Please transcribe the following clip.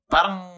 Parang